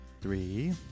three